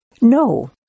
No